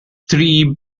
three